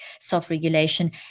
self-regulation